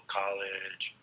college